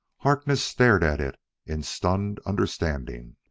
harkness stared at it in stunned understanding.